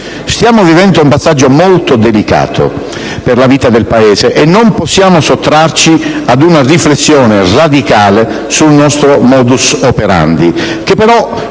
Stiamo vivendo un passaggio molto delicato per la vita del Paese e non possiamo sottrarci a una riflessione radicale sul nostro *modus operandi*, che però